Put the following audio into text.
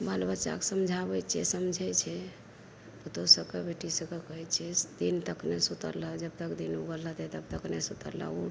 बाल बच्चाके समझाबै छियै समझै छै पूतहु सबके बेटी सबके कहैत छियै दिन तक नहि सुतल रहऽ जब तक दिन उगल रहतै तब तक नहि सुतल रहऽ उठ